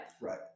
Right